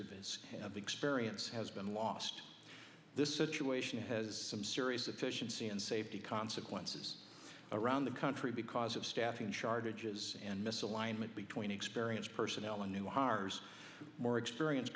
of his experience has been lost in this situation has some serious efficiency and safety consequences around the country because of staffing shortages and misalignment between experienced personnel and new hires more experience